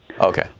Okay